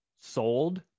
sold